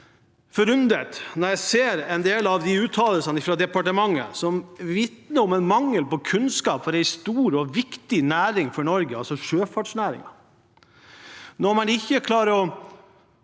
forundret når jeg leser en del av uttalelsene fra departementet. De vitner om mangel på kunnskap om en stor og viktig næring for Norge, altså sjøfartsnæringen. Man klarer